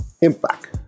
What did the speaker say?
Impact